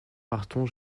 partons